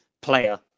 player